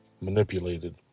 manipulated